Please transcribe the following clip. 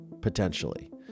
potentially